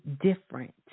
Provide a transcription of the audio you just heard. different